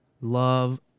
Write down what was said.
love